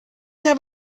have